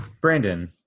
Brandon